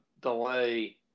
delay